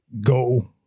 go